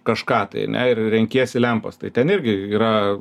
kažką tai ane ir renkiesi lempas tai ten irgi yra